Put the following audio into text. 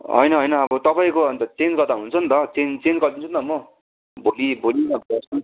होइन होइन अब तपाईँको अन्त चेन्ज गर्दा हुन्छ नि त चेन्ज गरिदिन्छु नि त म भोलि भोलि नभए पर्सी